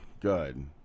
good